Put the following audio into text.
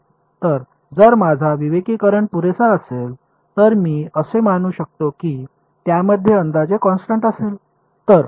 तर जर माझा विवेकीकरण पुरेसा असेल तर मी असे मानू शकतो की त्यामध्ये अंदाजे कॉन्स्टन्ट असेल